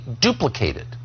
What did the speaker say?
duplicated